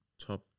top